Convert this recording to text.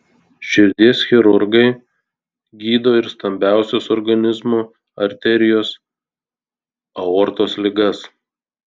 širdies chirurgai gydo ir stambiausios organizmo arterijos aortos ligas